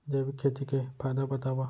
जैविक खेती के फायदा बतावा?